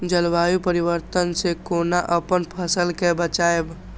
जलवायु परिवर्तन से कोना अपन फसल कै बचायब?